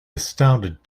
astounded